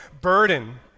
burden